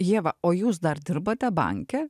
ieva o jūs dar dirbate banke